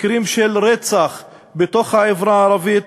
מקרים של רצח בתוך החברה הערבית,